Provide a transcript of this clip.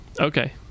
okay